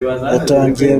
yatangiye